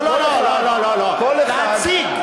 לא לא, להציג.